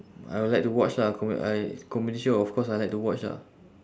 I would like to watch lah com~ I comedy show of course I like to watch lah